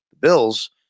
bills